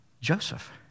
Joseph